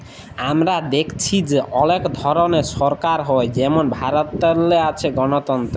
আমরা দ্যাইখছি যে অলেক ধরলের সরকার হ্যয় যেমল ভারতেল্লে আছে গলতল্ত্র